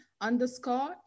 underscore